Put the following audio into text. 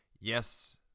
yes